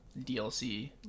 DLC